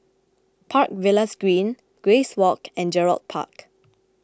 Park Villas Green Grace Walk and Gerald Park